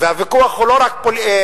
והוויכוח הוא לא רק כלכלי-חברתי,